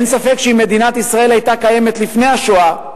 אין ספק שאם מדינת ישראל היתה קיימת לפני השואה,